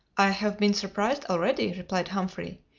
i have been surprised already, replied humphrey.